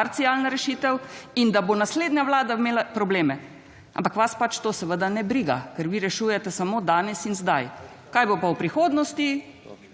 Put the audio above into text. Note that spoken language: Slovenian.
parcialna rešitev, in da bo naslednja vlada imela probleme. Ampak vas pač to seveda ne briga, ker vi rešujete samo danes in zdaj. Kaj bo pa v prihodnosti,